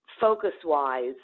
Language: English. focus-wise